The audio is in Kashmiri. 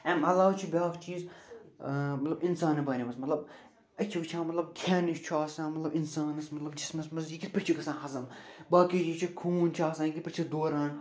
اَمہِ علاو چھِ بیٛاکھ چیٖز مطلب اِنسان بارے منٛز مطلب أسۍ چھِ وٕچھان مطلب کھٮ۪ن یُس چھُ آسان مطلب اِنسانس مطلب جِسمَس منٛز یہِ کِتھ پٲٹھۍ چھُ گژھان ہزم باقی یہِ چھِ خوٗن چھِ آسان یہِ کِتھ پٲٹھۍ چھِ دوران